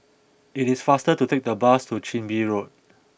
it is faster to take the bus to Chin Bee Road